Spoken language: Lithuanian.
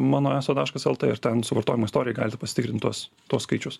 mano eso taškas lt ir ten suvartojimo istorijoj galite pasitikrint tuos tuos skaičius